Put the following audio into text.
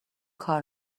کار